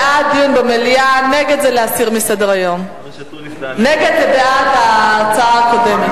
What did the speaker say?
זה בעד דיון במליאה ונגד זה בעד ההצעה הקודמת.